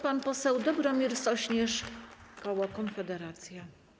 Pan poseł Dobromir Sośnierz, koło Konfederacja.